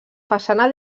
façana